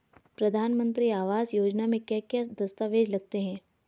प्रधानमंत्री आवास योजना में क्या क्या दस्तावेज लगते हैं?